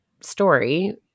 story